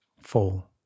fall